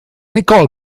nicole